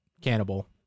cannibal